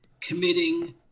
committing